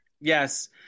Yes